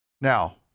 Now